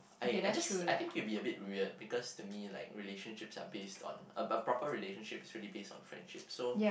I I just I think it will be a bit weird because to me like relationships are based on a a proper relationship is really based on friendship so